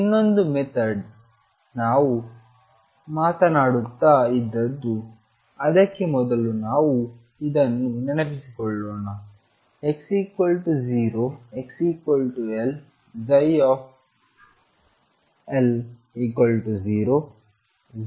ಇನ್ನೊಂದು ಮೆಥಡ್ ನಾವು ಮಾತನಾಡುತ್ತಾ ಇದ್ದದ್ದು ಅದಕ್ಕೆ ಮೊದಲು ನಾವು ಇದನ್ನು ನೆನಪಿಸಿಕೊಳ್ಳೋಣ x0 xLψ0 ψ0